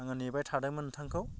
आङो नेबाय थादोंमोन नोंथांखौ